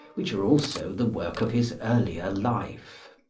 which are also the work of his earlier life.